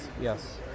yes